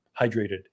hydrated